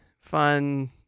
fun